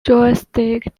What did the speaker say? joystick